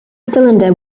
cylinder